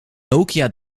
nokia